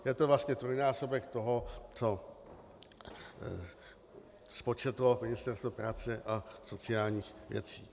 Je to vlastně trojnásobek toho, co spočetlo Ministerstvo práce a sociálních věcí.